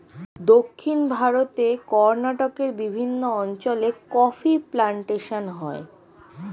দক্ষিণ ভারতে কর্ণাটকের বিভিন্ন অঞ্চলে কফি প্লান্টেশন হয়